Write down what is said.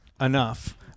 enough